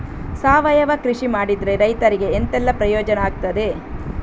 ಸಾವಯವ ಕೃಷಿ ಮಾಡಿದ್ರೆ ರೈತರಿಗೆ ಎಂತೆಲ್ಲ ಪ್ರಯೋಜನ ಆಗ್ತದೆ?